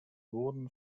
wurden